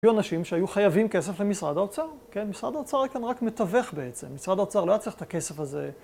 היו אנשים שהיו חייבים כסף למשרד האוצר, כן משרד האוצר כאן רק מתווך בעצם, משרד האוצר לא היה צריך את הכסף הזה...